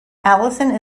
allison